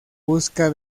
busca